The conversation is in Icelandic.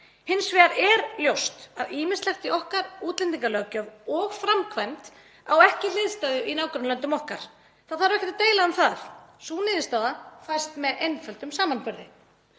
Hins vegar er ljóst að ýmislegt í okkar útlendingalöggjöf og framkvæmd á sér ekki hliðstæðu í nágrannalöndum okkar og það þarf ekkert að deila um það, sú niðurstaða fæst með einföldum samanburði.